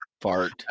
fart